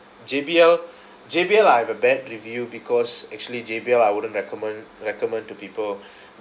J_B_L J_B_L I have a bad review because actually J_B_L I wouldn't recommend recommend to people